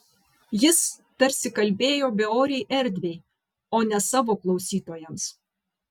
jis tarsi kalbėjo beorei erdvei o ne savo klausytojams